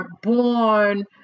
born